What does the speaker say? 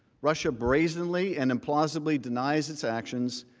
russia brazenly and implausibly denies its actions,